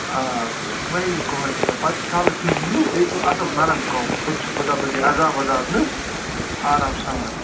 آ تہٕ مَہ ہیٚیِو کٕہیٖنۍ ٹٮ۪نشَن پَتہٕ چھُ سہلٕے تُہۍ یِیِو بیٚیہِ چھُ اَصٕل نَرَم کنٛگوٗ خۄدا بَچٲوِنۍ عزاب وَزاب نہٕ آرم سان